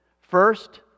First